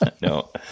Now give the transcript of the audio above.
No